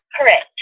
Correct